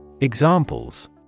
Examples